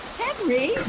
Henry